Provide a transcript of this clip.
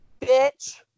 Bitch